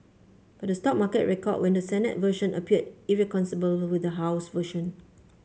but the stock market record when the Senate version appeared irreconcilable with the House version